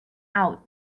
out